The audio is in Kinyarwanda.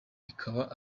ikaba